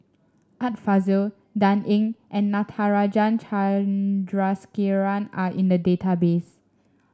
Art Fazil Dan Ying and Natarajan Chandrasekaran are in the database